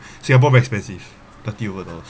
singapore very expensive thirty over dollars